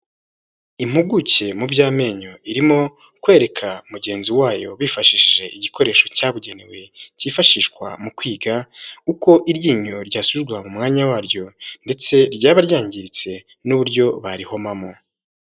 Impuguke mu by'amenyo irimo kwereka mugenzi wayo bifashishije igikoresho cyabugenewe cyifashishwa mu kwiga uko iryinyo ryasubizwa mu mwanya waryo ndetse ryaba ryangiritse n'uburyo barihomamo.